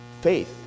Faith